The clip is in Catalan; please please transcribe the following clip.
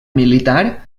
militar